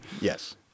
Yes